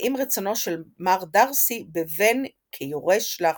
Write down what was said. ועם רצונו של מר דארסי בבן כיורש לאחוזתו.